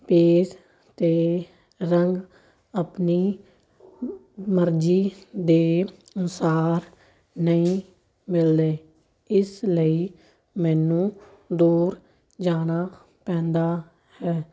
page ਅਤੇ ਰੰਗ ਆਪਣੀ ਮਰਜ਼ੀ ਦੇ ਅਨੁਸਾਰ ਨਹੀਂ ਮਿਲਦੇ ਇਸ ਲਈ ਮੈਨੂੰ ਦੂਰ ਜਾਣਾ ਪੈਂਦਾ ਹੈ